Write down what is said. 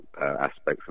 aspects